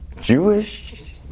Jewish